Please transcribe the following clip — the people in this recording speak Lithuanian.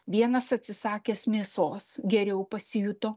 vienas atsisakęs mėsos geriau pasijuto